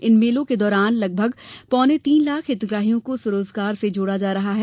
इन मेलों के दौरान लगभग पौने तीन लाख हितग्राहियों को स्वरोजगार से जोडा जा रहा है